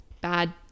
bad